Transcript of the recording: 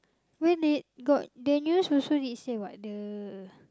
when they got the news also need say what the